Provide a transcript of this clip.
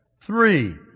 Three